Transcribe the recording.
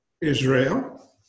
Israel